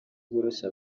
bworoshye